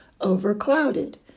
overclouded